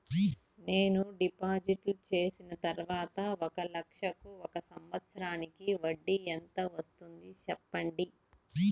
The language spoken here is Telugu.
నేను డిపాజిట్లు చేసిన తర్వాత ఒక లక్ష కు ఒక సంవత్సరానికి వడ్డీ ఎంత వస్తుంది? సెప్పండి?